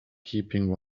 keeping